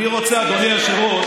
אדוני היושב-ראש,